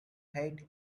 height